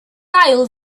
ail